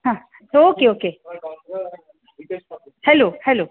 हां okay okay hello hello